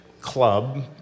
Club